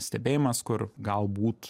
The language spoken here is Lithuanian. stebėjimas kur galbūt